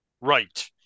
Right